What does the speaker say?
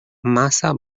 massa